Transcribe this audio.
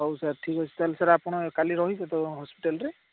ହେଉ ସାର୍ ଠିକ୍ ଅଛି ତାହାଲେ ସାର୍ ଆପଣ କାଲି ରହିବେ ତ ହସ୍ପିଟାଲ୍ରେ